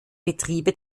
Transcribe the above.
betriebe